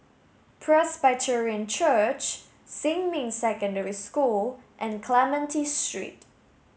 Presbyterian Church Xinmin Secondary School and Clementi Street